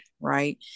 right